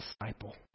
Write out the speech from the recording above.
disciple